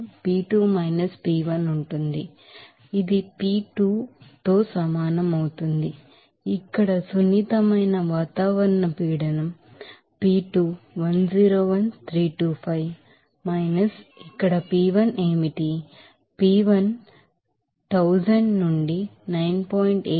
కాబట్టి ఇది P2 తో సమానం అవుతుంది ఇక్కడ సున్నితమైన అట్ఠమోస్ఫెరిక్ ప్రెషర్ P2 101 325 ఇక్కడ P1 ఏమిటి p1 ఇక్కడ 1000 నుండి 9